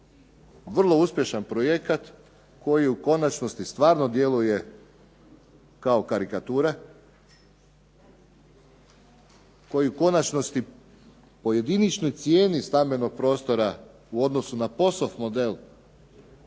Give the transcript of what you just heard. vrlo uspješan projekat koji u konačnosti stvarno djeluje kao karikatura, koji u konačnosti po jediničnoj cijeni stambenog prostora u odnosu na POS-ov model